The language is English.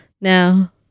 Now